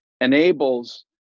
enables